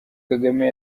kagame